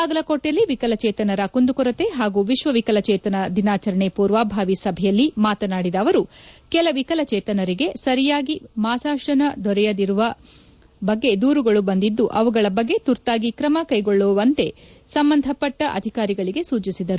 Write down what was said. ಬಾಗಲಕೋಟೆಯಲ್ಲಿ ವಿಕಲಚೇತನರ ಕುಂದುಕೊರತೆ ಹಾಗೂ ವಿಶ್ವ ವಿಕಲಚೇತನರ ದಿನಾಚರಣೆ ಪೂರ್ವಭಾವಿ ಸಭೆಯಲ್ಲಿ ಮಾತನಾಡಿದ ಅವರು ಕೆಲ ವಿಕಲಚೇತನರಿಗೆ ಸರಿಯಾಗಿ ಮಾಶಾಸನ ದೊರೆಯದಿರುವ ಬಗ್ಗೆ ದೂರುಗಳು ಬಂದಿದ್ದು ಅವುಗಳ ಬಗ್ಗೆ ತುರ್ತಾಗಿ ಕ್ರಮಕೈಗೊಳ್ಳುವಂತೆ ಸಂಬಂಧಪಟ್ಟ ಅಧಿಕಾರಿಗಳಿಗೆ ಸೂಚಿಸಿದರು